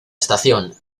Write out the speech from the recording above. estación